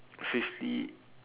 fifty